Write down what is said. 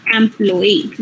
employee